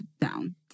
down